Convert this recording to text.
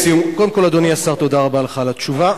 קודם כול, אדוני השר, תודה רבה לך על התשובה.